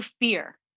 fear